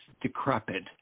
decrepit